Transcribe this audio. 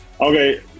Okay